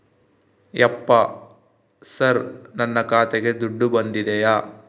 ಯಪ್ಪ ಸರ್ ನನ್ನ ಖಾತೆಗೆ ದುಡ್ಡು ಬಂದಿದೆಯ?